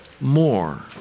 more